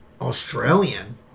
Australian